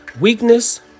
weakness